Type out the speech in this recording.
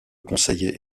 conseiller